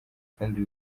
kandi